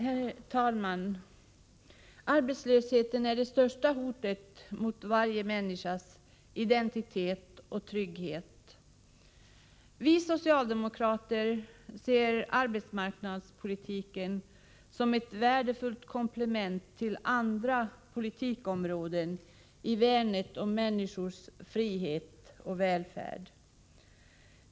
Herr talman! Arbetslösheten är det största hotet mot varje människas identitet och trygghet. Vi socialdemokrater ser arbetsmarknadspolitiken som ett värdefullt komplement till andra politikområden i värnet om människors frihet och välfärd.